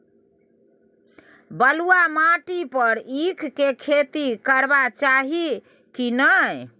बलुआ माटी पर ईख के खेती करबा चाही की नय?